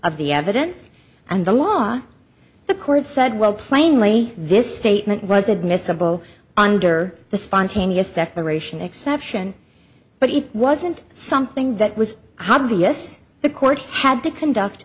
of the evidence and the law the court said well plainly this statement was admissible under the spontaneous declaration exception but it wasn't something that was obvious the court had to conduct